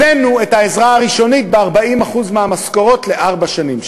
הבאנו את העזרה הראשונית ב-40% מהמשכורות לארבע שנים,